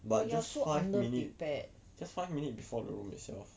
but just five minutes just five minutes before the room itself